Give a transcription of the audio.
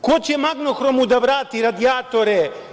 Ko će „Magnohromu“ da vrati radijatore?